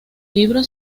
libro